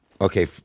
Okay